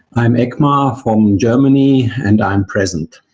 i'm eckmar from germany and i'm present.